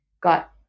got